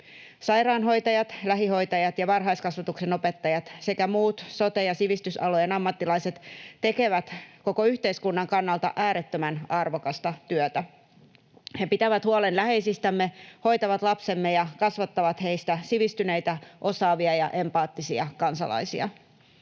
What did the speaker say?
Sairaanhoitajat, lähihoitajat ja varhaiskasvatuksen opettajat sekä muut sote- ja sivistysalojen ammattilaiset tekevät koko yhteiskunnan kannalta äärettömän arvokasta työtä. He pitävät huolen läheisistämme, hoitavat lapsemme ja kasvattavat heistä sivistyneitä, osaavia ja empaattisia kansalaisia.